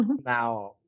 now